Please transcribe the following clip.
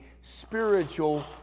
spiritual